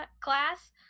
class